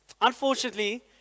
Unfortunately